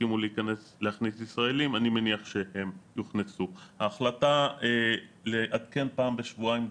ויסכימו להכניס ישראלים אני מניח שהן יוכנסו ההחלטה לעדכן פעם בשבועיים,